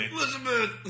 Elizabeth